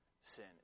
sin